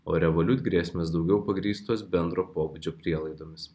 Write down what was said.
o revolut grėsmės daugiau pagrįstos bendro pobūdžio prielaidomis